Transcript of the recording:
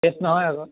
test নহয় আক'